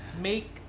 make